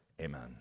amen